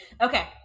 Okay